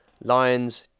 Lions